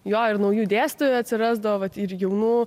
jo ir naujų dėstytojų atsirasdavo vat ir jaunų